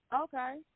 Okay